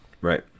Right